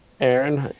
Aaron